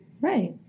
right